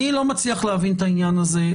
אני לא מצליח להבין את העניין הזה.